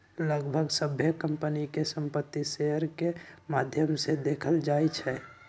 लगभग सभ्भे कम्पनी के संपत्ति शेयर के माद्धम से देखल जाई छई